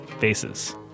Bases